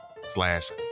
slash